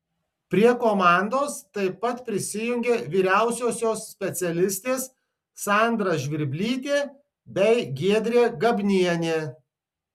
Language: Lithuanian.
prie komandos taip pat prisijungė vyriausiosios specialistės sandra žvirblytė bei giedrė gabnienė